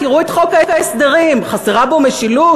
תראו את חוק ההסדרים, חסרה בו משילות?